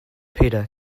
peter